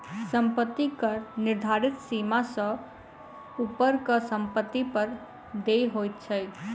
सम्पत्ति कर निर्धारित सीमा सॅ ऊपरक सम्पत्ति पर देय होइत छै